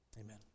Amen